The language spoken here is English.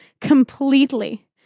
completely